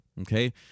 Okay